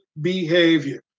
behavior